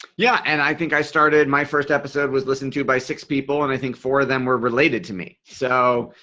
yeah. and i think i started my first episode was listened to by six people and i think four of them were related to me. so